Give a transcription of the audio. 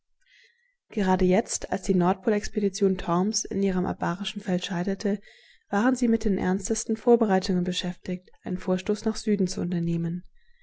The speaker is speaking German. gerade jetzt als die nordpolexpedition torms in ihrem abarischen feld scheiterte waren sie mit den ernstesten vorbereitungen beschäftigt einen vorstoß nach süden zu unternehmen